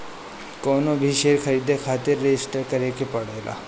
कवनो भी शेयर खरीदे खातिर रजिस्टर करे के पड़ेला